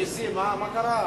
נסים, מה קרה?